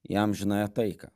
į amžinąją taiką